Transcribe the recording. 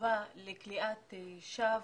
בתגובה לכליאת שווא.